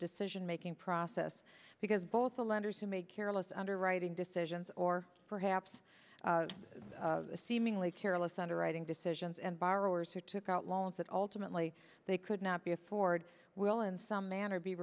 decision making process because both the lenders who made careless underwriting decisions or perhaps seemingly careless underwriting decisions and borrowers who took out loans that ultimately they could not be afford will in some manner be